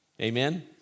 Amen